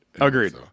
Agreed